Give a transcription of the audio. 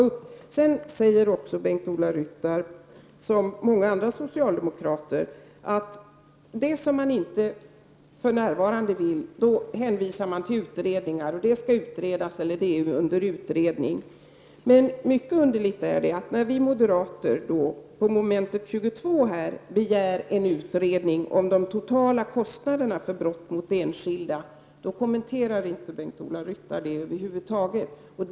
När det gäller saker som man för närvarande inte vill genomföra hänvisar Bengt-Ola Ryttar liksom många andra socialdemokrater till att det skall utredas eller är under utredning. Men när vi moderater beträffande mom. 22 begär en utredning om de totala kostnaderna för brott mot enskilda, kommenterar inte Bengt-Ola Ryttar detta över huvud taget.